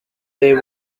they